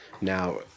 Now